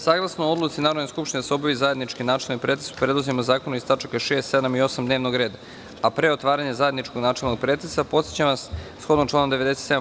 Saglasno odluci Narodne skupštine da se obavi zajednički načelni pretres o predlozima zakona iz tačaka 6, 7. i 8. dnevnog reda, a pre otvaranja zajedničkog načelnog pretresa, podsećam vas da, shodno članu 97.